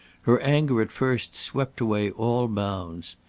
her anger at first swept away all bounds.